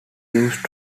used